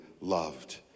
loved